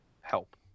help